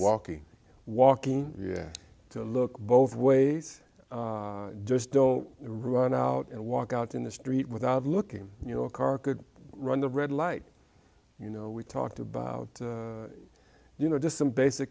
walking walking yeah to look both ways just don't rule it out and walk out in the street without looking you know a car could run the red light you know we talked about you know just some basic